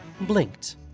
blinked